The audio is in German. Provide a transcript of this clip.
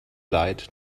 leid